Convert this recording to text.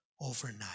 overnight